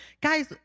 guys